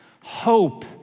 Hope